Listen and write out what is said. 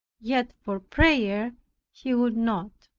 yet for prayer he would not.